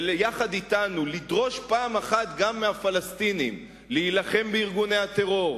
ויחד אתנו לדרוש פעם אחת גם מהפלסטינים להילחם בארגוני הטרור,